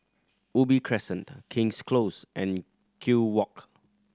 Ubi Crescent King's Close and Kew Walk